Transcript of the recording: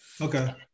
Okay